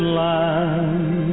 land